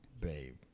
Babe